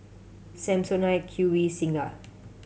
Samsonite Q V Singha